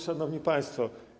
Szanowni Państwo!